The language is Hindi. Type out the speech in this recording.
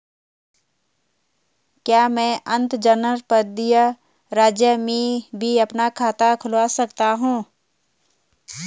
क्या मैं अंतर्जनपदीय राज्य में भी अपना खाता खुलवा सकता हूँ?